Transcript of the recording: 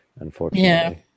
unfortunately